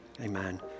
amen